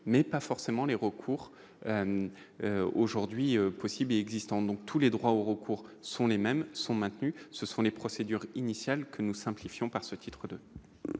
mais pas forcément les recours aujourd'hui possible existant, donc tous les droits au recours sont les mêmes sont maintenus, ce sont des procédures initial que nous simplifions par ce titre de.